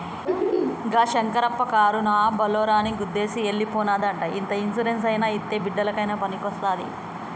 గా శంకరప్ప కారునా బోలోరోని గుద్దేసి ఎల్లి పోనాదంట ఇంత ఇన్సూరెన్స్ అయినా ఇత్తే బిడ్డలకయినా పనికొస్తాది